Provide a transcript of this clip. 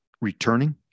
returning